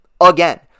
again